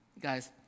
guys